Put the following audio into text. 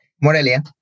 Morelia